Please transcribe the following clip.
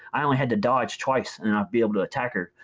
i only had to dodge twice and i'd be able to attack her.